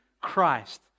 Christ